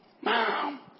mom